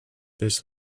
this